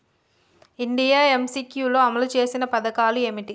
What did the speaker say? India MCQ లో అమలు చేసిన పథకాలు ఏమిటి?